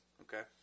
Okay